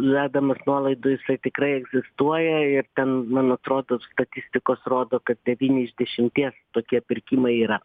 vedamas nuolaidų jisai tikrai egzistuoja ir ten man atrodo statistikos rodo kad devyni iš dešimties tokie pirkimai yra